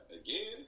Again